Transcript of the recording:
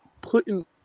putting